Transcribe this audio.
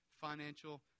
financial